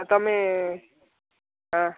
ତମେ ହଁ